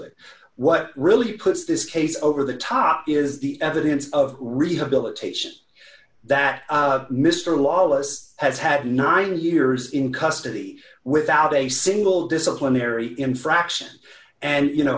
it what really puts this case over the top is the evidence of rehabilitation that mr lawless has had nine years in custody without a single disciplinary infraction and you know